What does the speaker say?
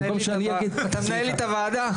במקום שאני אגיד --- גדי אתה מנהל לי את הוועדה.